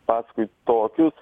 paskui tokius